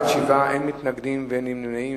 בעד, 7, אין מתנגדים ואין נמנעים.